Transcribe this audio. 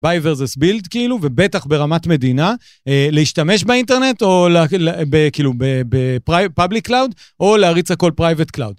buy versus build, כאילו, ובטח ברמת מדינה, להשתמש באינטרנט או כאילו בפובליק קלאוד, או להריץ הכל פרייבט קלאוד.